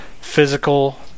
physical